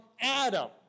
Adam